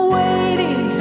waiting